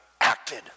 acted